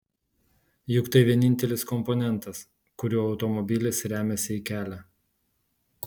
juk tai vienintelis komponentas kuriuo automobilis remiasi į kelią